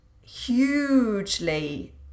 hugely